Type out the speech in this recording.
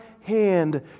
hand